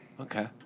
Okay